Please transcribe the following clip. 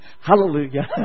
Hallelujah